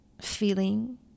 feeling